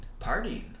partying